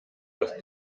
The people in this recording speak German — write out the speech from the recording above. dass